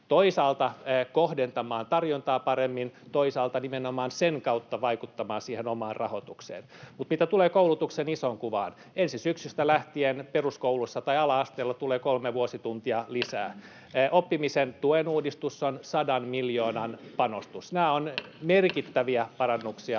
toisaalta kohdentamaan tarjontaa paremmin, toisaalta nimenomaan sen kautta vaikuttamaan siihen omaan rahoitukseen. Mutta mitä tulee koulutuksen isoon kuvaan, niin ensi syksystä lähtien ala-asteella tulee kolme vuosituntia lisää. Oppimisen tuen uudistus on sadan miljoonan panostus. Nämä ovat merkittäviä parannuksia